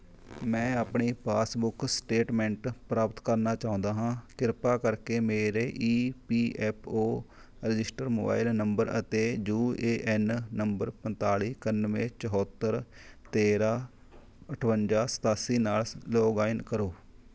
ਮੈਂ ਆਪਣੀ passbook statement ਪ੍ਰਾਪਤ ਕਰਨਾ ਚਾਹੁੰਦਾ ਹਾਂ ਕਿਰਪਾ ਕਰਕੇ ਮੇਰੇ E P F O register mobile number ਅਤੇ ਯੂ ਏ ਐੱਨ ਨੰਬਰ ਪੰਤਾਲ਼ੀ ਇਕਾਨਵੇਂ ਚੌਹੱਤਰ ਤੇਰ੍ਹਾਂ ਅਠਵੰਜਾ ਸਤਾਸੀ ਨਾਲ ਸ ਲੌਗਾਇਨ ਕਰੋ